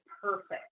perfect